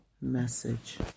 message